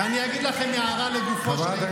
ואני אגיד לכם הערה לגופו של עניין,